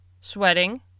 sweating